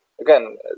Again